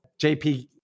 jp